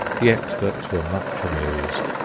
the experts were much amused.